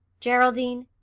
geraldine,